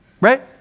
right